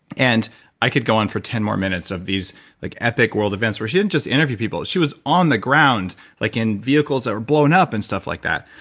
and i could go on for ten more minutes of these like epic world events, where she didn't just interview people, she was on the ground, like in vehicles that were blown up, and stuff like that.